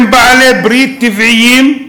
הם בעלי-ברית טבעיים,